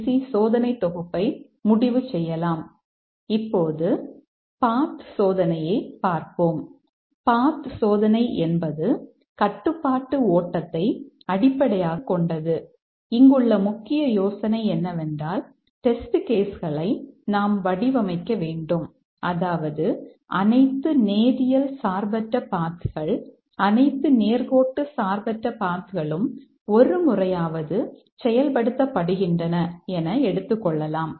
C சோதனை தொகுப்பை முடிவு செய்யலாம்